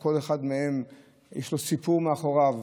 שכל אחד מהם יש לו סיפור מאחוריו,